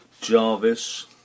Jarvis